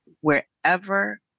wherever